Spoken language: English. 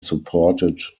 supported